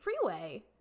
freeway